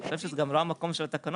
אני חושב שזה גם לא המקום של התקנות,